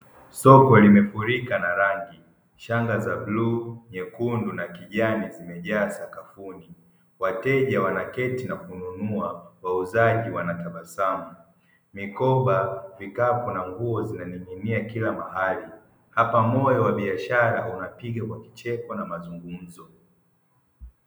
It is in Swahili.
Soko limefurika na rangi shanga za bluu, nyekundu na kijani zimejaa sakafuni, wateja wanaketi na kununua wauzaji wanatabasamu, mikoba, vikapu na nguo vinaning'inia kila mahali hapa moyo wa biashara unapiga kwa kicheko na mazungumzo.